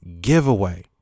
giveaway